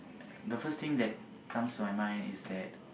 the first thing that comes to my mind is that